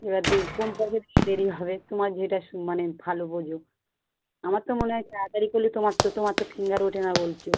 এবার দে কম পয়সা দিলে দেরি হবে তোমার যেটা সু মানে ভালো বোঝো আমার তো মনে হয় তাড়াতাড়ি করলে তোমার তো তোমার তো ফিঙ্গার ওঠে না বলছো